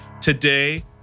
today